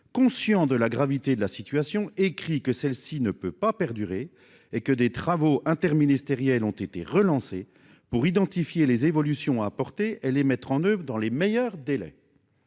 Conscient de la gravité de la situation, écrit que celle-ci ne peut pas perdurer et que des travaux interministériels ont été relancés pour identifier les évolutions apportées elle les mettre en oeuvre dans les meilleurs délais.